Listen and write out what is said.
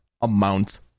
amount